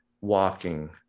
walking